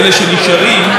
נא לשמור על השקט.